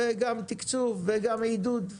וגם תקצוב וגם עידוד.